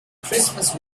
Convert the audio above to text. christmas